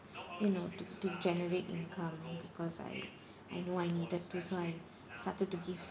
you know to to generate income because I I know I needed to so I started to give